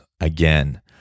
Again